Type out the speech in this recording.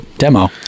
demo